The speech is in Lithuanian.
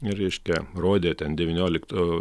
reiškia rodė ten devynioliktų